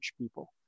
people